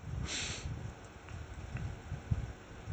என்னது பண்ற அப்டினு சொல்வேன்:ennathu pandra apdinu solvaen